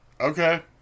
Okay